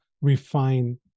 refine